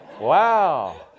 Wow